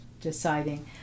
deciding